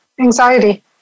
anxiety